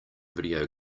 video